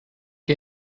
ihr